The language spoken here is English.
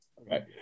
Okay